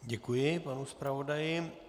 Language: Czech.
Děkuji panu zpravodaji.